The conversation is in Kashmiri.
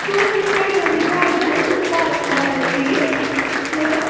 تُہۍ چھُو حظ یہِ بَڈگامِیُک گاڈنَر یُس پارَک وارَک چھُ یہِ شَیران